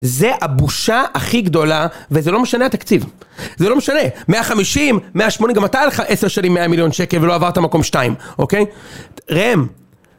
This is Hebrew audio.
זה הבושה הכי גדולה, וזה לא משנה התקציב. זה לא משנה, 150, 180, גם אתה היה לך 10 שנים מ100 מיליון שקל ולא עברת מקום שתיים, אוקיי? ראם.